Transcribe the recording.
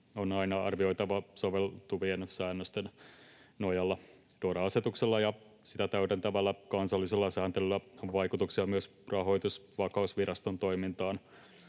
on aina arvioitava soveltuvien säännösten nojalla. DORA-asetuksella ja sitä täydentävällä kansallisella sääntelyllä on vaikutuksia myös Rahoitusvakausviraston toimintaan.